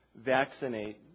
vaccinate